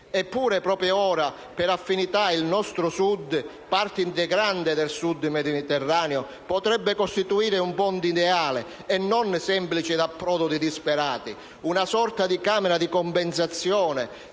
Eppure, proprio ora per affinità il nostro Sud, parte integrante del Sud del Mediterraneo, potrebbe costituire un ponte ideale e non un semplice approdo di disperati, una sorta di camera di compensazione